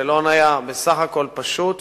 השאלון היה בסך הכול פשוט.